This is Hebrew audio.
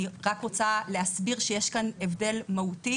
אני רק רוצה להסביר שיש כאן הבדל מהותי